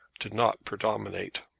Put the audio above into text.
did not predominate.